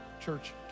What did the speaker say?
church